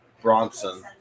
Bronson